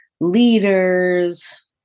Leaders